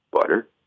butter